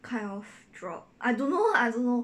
kind of drop I don't know I don't know